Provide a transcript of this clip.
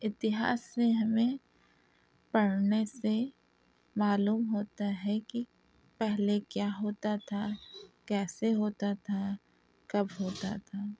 اتہاس میں ہمیں پڑھنے سے معلوم ہوتا ہے کہ پہلے کیا ہوتا تھا کیسے ہوتا تھا کب ہوتا تھا